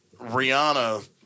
Rihanna